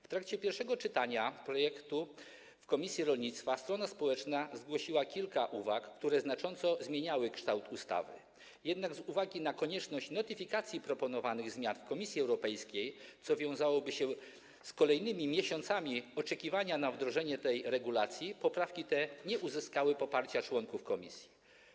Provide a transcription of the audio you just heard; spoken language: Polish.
W trakcie pierwszego czytania projektu w komisji rolnictwa strona społeczna zgłosiła kilka uwag, które znacząco zmieniały kształt ustawy, jednak z uwagi na konieczność notyfikacji proponowanych zmian w Komisji Europejskiej, co wiązałoby się z kolejnymi miesiącami oczekiwania na wdrożenie tej regulacji, poprawki te nie uzyskały poparcia członków komisji.